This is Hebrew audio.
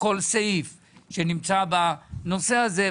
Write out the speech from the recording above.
כל סעיף שנמצא בנושא הזה?